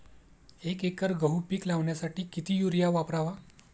एक एकर गहू पीक लावण्यासाठी किती युरिया वापरावा?